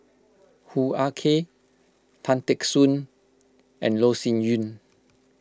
Hoo Ah Kay Tan Teck Soon and Loh Sin Yun